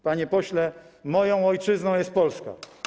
Panie pośle, moją ojczyzną jest Polska.